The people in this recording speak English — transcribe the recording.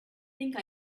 think